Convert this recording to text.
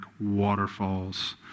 waterfalls